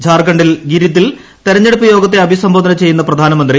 ഝാർഖണ്ഡിൽ ഗിരിധിൽ തെരഞ്ഞെടുപ്പ് യോഗത്തെ അഭിസംബോധന ചെയ്യുന്ന പ്രധാനമന്ത്രി